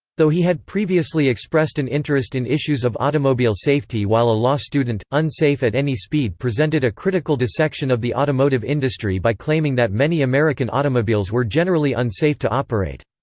though he had previously expressed an interest in issues of automobile safety while a law student, unsafe at any speed presented a critical dissection of the automotive industry by claiming that many american automobiles were generally unsafe to operate.